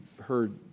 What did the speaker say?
heard